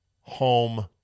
home